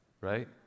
right